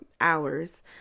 hours